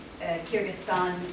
Kyrgyzstan